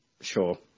Sure